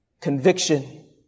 conviction